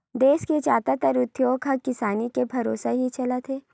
देस के जादातर उद्योग ह किसानी के भरोसा ही चलत हे